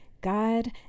God